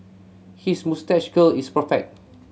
his moustache curl is perfect